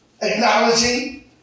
acknowledging